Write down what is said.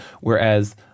whereas